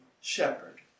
shepherd